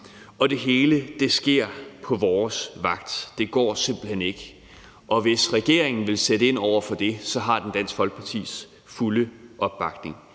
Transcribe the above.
og det hele sker på vores vagt. Det går simpelt hen ikke, og hvis regeringen vil sætte ind over for det, har den Dansk Folkepartis fulde opbakning.